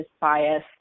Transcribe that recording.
bias